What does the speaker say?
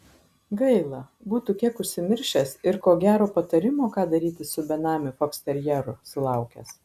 gaila būtų kiek užsimiršęs ir ko gero patarimo ką daryti su benamiu foksterjeru sulaukęs